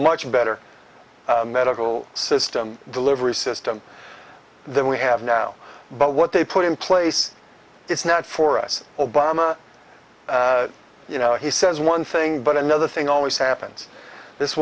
much better medical system delivery system than we have now but what they put in place it's not for us obama you know he says one thing but another thing always happens this